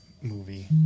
movie